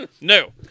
No